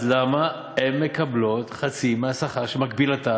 אז למה הן מקבלות חצי מהשכר שמקבילתן